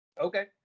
Okay